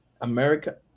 America